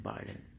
Biden